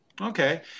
okay